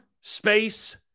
space